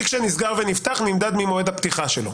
תיק שנסגר ונפתח נמדד ממועד הפתיחה שלו?